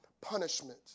punishment